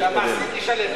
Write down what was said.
שהמעסיק ישלם.